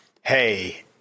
hey